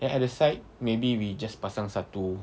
then at the side maybe we just pasang satu